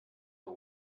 the